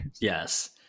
yes